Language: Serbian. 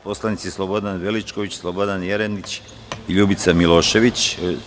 poslanici Slobodan Veličković, Slobodan Jerenić i Ljubica Milošević.